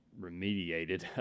remediated